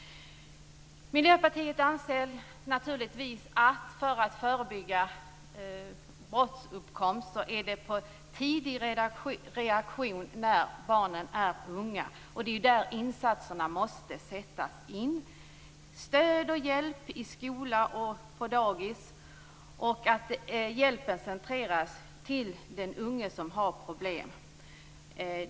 Miljöpartiet anser naturligtvis att det är viktigt med tidig reaktion när barnen är unga för att förebygga brottsuppkomst. Det är där insatserna måste sättas in. Det gäller stöd och hjälp i skola och på dagis, och hjälpen skall centreras till den unge som har problem.